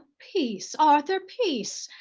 peace arthur, peace,